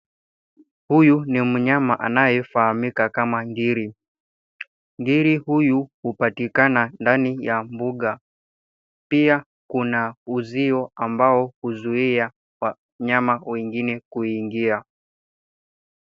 Huyu ni mnyama anayefahamika kama ngiri. Ngiri huyu hupatikana ndani ya mbuga. Pia kuna uzio ambao huzuia wanyama wengine kuingia.